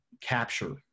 capture